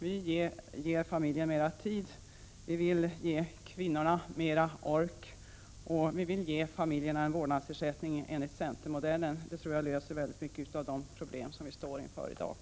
Vi vill ge familjen mera tid, vi vill ge kvinnorna mera ork och vi vill ge familjerna en vårdnadsersättning enligt centermodellen. Det tror jag löser många av de problem som vi står inför.